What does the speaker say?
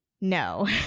No